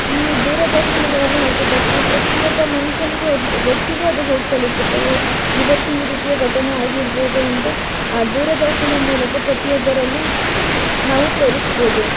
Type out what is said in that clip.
ಈ ದೂರದರ್ಶನದಲ್ಲಿ ಹಾಕಿದ ತಕ್ಷಣ ಪ್ರತಿಯೊಬ್ಬ ಮನುಷ್ಯನ್ಗು ಅದು ವ್ಯಕ್ತಿಗೂ ಅದು ಹೋಗಿ ತಲುಪುತ್ತವೆ ಇವತ್ತು ಈ ರೀತಿಯ ಘಟನೆ ಆಗಿರ್ಬೋದು ಎಂತ ಆ ದೂರದರ್ಶನದ ಮೂಲಕ ಪ್ರತಿಯೊಬ್ಬರಲ್ಲಿ ನಾವು ತೋರಿಸ್ಬೋದು